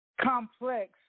complex